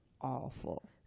awful